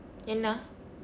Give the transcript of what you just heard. என்ன:enna